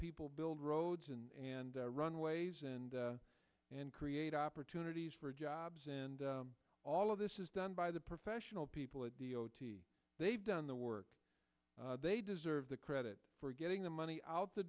people build roads and and runways and and create opportunities for jobs and all of this is done by the professional people at the o t they've done the work they deserve the credit for getting the money out the